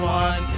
one